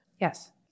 Yes